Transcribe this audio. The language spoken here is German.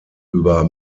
über